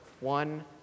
one